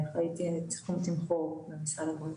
תחום תמחור במשרד הבריאות.